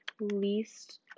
least